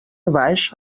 baix